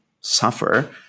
suffer